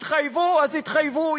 התחייבו, אז התחייבו.